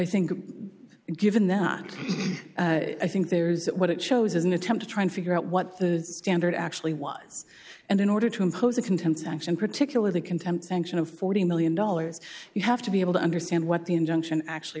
think given that i think there's what it shows is an attempt to try and figure out what the standard actually was and in order to impose a contempt sanction particularly contempt sanction of forty million dollars you have to be able to understand what the injunction actually